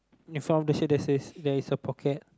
in front of the there's there's a pocket